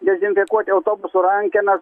dezinfekuoti autobusų rankenas